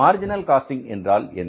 marginal costing என்றால் என்ன